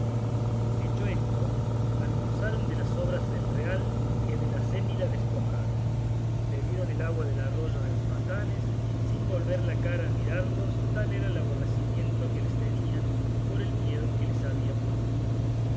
hecho esto almorzaron de las sobras del real que del acémila despojaron bebieron del agua del arroyo de los batanes sin volver la cara a mirallos tal era el aborrecimiento que les tenían por el miedo en que les habían puesto